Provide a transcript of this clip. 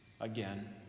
again